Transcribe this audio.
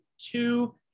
two